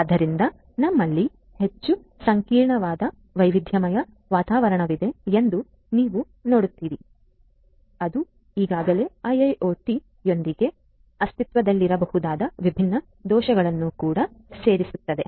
ಆದ್ದರಿಂದ ನಮ್ಮಲ್ಲಿ ಹೆಚ್ಚು ಸಂಕೀರ್ಣವಾದ ವೈವಿಧ್ಯಮಯ ವಾತಾವರಣವಿದೆ ಎಂದು ನೀವು ನೋಡುತ್ತೀರಿ ಅದು ಈಗಾಗಲೇ IIoT ಯೊಂದಿಗೆ ಅಸ್ತಿತ್ವದಲ್ಲಿರಬಹುದಾದ ವಿಭಿನ್ನ ದೋಷಗಳನ್ನು ಕೂಡ ಸೇರಿಸುತ್ತದೆ